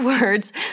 words